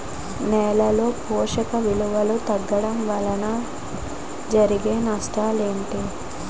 నేలలో పోషక విలువలు తగ్గడం వల్ల జరిగే నష్టాలేంటి?